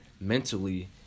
mentally